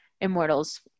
immortals